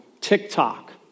TikTok